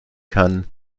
kann